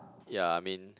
ya I mean